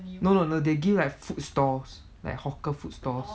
no no no they give like food stalls like hawker food